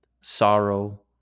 sorrow